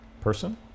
person